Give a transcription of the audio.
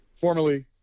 Formerly